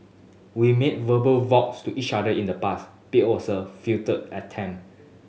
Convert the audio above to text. we made verbal vows to each other in the past be also futile attempt